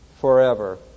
forever